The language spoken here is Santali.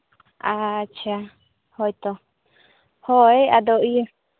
ᱟᱪᱪᱷᱟ ᱦᱳᱭᱛᱚ ᱦᱳᱭ ᱟᱫᱚ ᱤᱭᱟᱹ